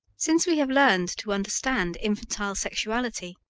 since we have learnt to understand infantile sexuality,